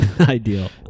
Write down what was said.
ideal